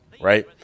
right